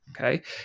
Okay